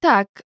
Tak